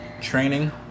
Training